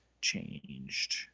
changed